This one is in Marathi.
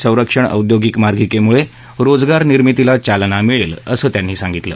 संरक्षण औद्योगिक मार्गिकेमुळे रोजगार निर्मितीला चालना मिळेल असं ते म्हणाले